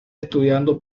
estudiando